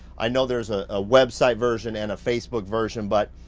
i know there's ah a website version and a facebook version. but